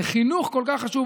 זה חינוך כל כך חשוב,